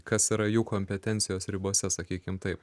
kas yra jų kompetencijos ribose sakykim taip